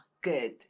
good